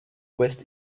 west